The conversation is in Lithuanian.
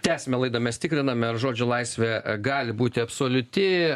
tęsiame laidą mes tikriname ar žodžio laisvė gali būti absoliuti